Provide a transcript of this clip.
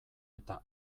eta